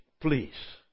Please